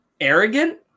arrogant